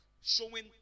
Showing